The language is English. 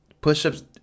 push-ups